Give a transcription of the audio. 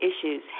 issues